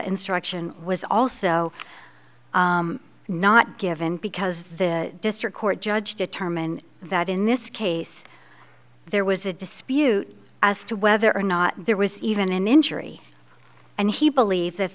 instruction was also not given because the district court judge determined that in this case there was a dispute as to whether or not there was even an injury and he believed that